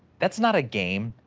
that's not a game.